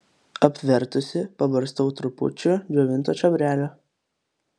apvertusi pabarstau trupučiu džiovinto čiobrelio